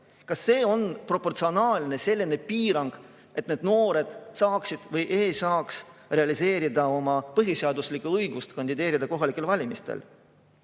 Kas see on proportsionaalne piirang, kui need noored ei saaks realiseerida oma põhiseaduslikku õigust kandideerida kohalikel valimistel?